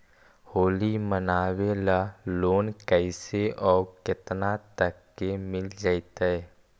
होली मनाबे ल लोन कैसे औ केतना तक के मिल जैतै?